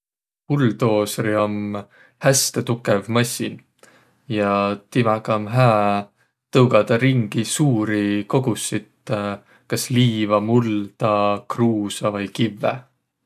Buldoosõr om häste tukõv massin ja timägä om hää tõugadaq ringi suuri kogossit kas liiva, mulda, kruusa vai kivve.